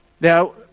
Now